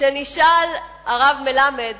כשנשאל הרב מלמד